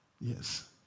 Yes